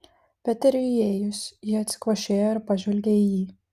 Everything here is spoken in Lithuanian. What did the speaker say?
peteriui įėjus ji atsikvošėjo ir pažvelgė į jį